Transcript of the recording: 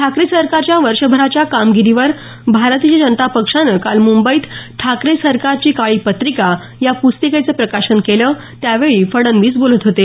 ठाकरे सरकारच्या वर्षभराच्या कमागिरीवर भारतीय जनता पक्षानं काल मुंबईत ठाकरे सरकारची काळी पत्रिका या पुस्तिकेचं प्रकाशन केलं त्यावेळी फडणवीस बोलत होते